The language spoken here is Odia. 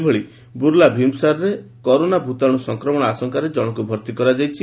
ସେହିଭଳି ବୁର୍ଲା ଭୀମସାରରେ କରୋନା ଭୂତାଣୁ ସଂକ୍ରମଶ ଆଶଙ୍କାରେ ଜଣଙ୍କୁ ଭର୍ତି କରାଯାଇଛି